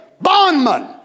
bondman